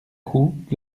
coup